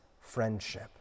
friendship